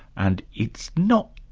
and it's not,